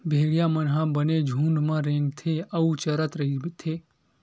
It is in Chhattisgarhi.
भेड़िया मन ह बने झूंड म रेंगथे अउ चरत रहिथे